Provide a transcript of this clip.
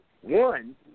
One